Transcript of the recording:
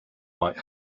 might